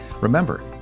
Remember